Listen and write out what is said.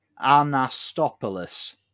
anastopoulos